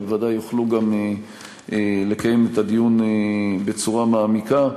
וודאי יוכלו גם לקיים את הדיון בצורה מעמיקה.